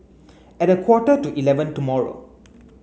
at a quarter to eleven tomorrow